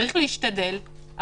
צריך להשתדל,